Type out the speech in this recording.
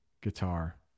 guitar